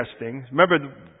Remember